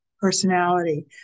personality